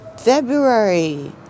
February